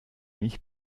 mich